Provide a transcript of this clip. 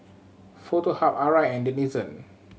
Foto Hub Arai and Denizen